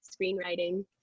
screenwriting